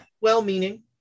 well-meaning